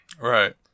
Right